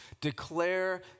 Declare